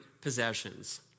possessions